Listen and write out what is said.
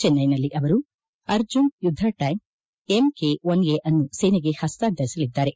ಚೆನ್ನೈನಲ್ಲಿ ಅವರು ಅರ್ಜುನ್ ಯುದ್ಧ ಟ್ಕಾಂಕ್ ಎಂಕೆ ಒನ್ ಎ ಅನ್ನು ಸೇನೆಗೆ ಪಸ್ತಾಂತರಿಸಲಿದ್ದಾರೆ